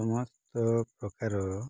ସମସ୍ତ ପ୍ରକାର